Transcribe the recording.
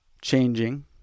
changing